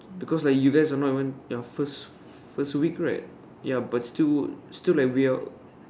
because like you guys are not even your first first week right but still still like weird lo